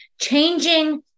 changing